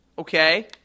Okay